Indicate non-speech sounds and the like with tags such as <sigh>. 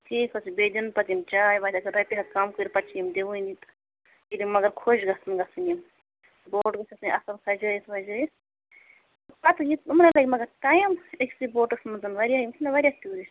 ٹھیٖک حظ چھُ بیٚیہِ دِنہٕ پَتہٕ یِم چاے <unintelligible> رۄپیہِ ہتھ کَم کٔرِو پَتہٕ چھِ یِم دِوٲنی تہٕ ییٚلہِ یِم مگر خۄش گژھن گژٕھنۍ یِم بوٹ گژھ آسٕنۍ اَصٕل سَجٲیِتھ وَجٲیِتھ پَتہٕ <unintelligible> إمنے لَگہِ مگر ٹایِم أکسٕے بوٹَس منٛز واریاہ یِم چھِنا واریاہ ٹیوٗرِسٹ